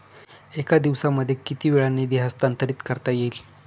एका दिवसामध्ये किती वेळा निधी हस्तांतरीत करता येईल?